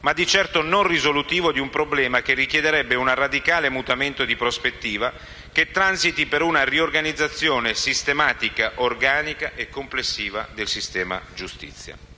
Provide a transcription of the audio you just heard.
ma di certo non risolutivo di un problema che richiederebbe un radicale mutamento di prospettiva, che transiti per una riorganizzazione sistematica, organica e complessiva del sistema giustizia.